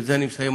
ובזה אני מסיים,